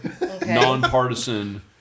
nonpartisan